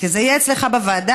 כי זה יהיה אצלך בוועדה,